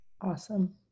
awesome